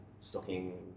stocking